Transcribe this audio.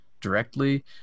directly